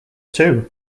too